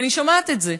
ואני שומעת את זה,